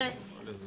(הישיבה נפסקה בשעה 10:37 ונתחדשה בשעה 11:10.)